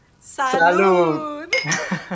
Salud